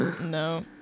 no